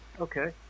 Okay